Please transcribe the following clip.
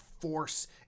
force